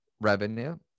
revenue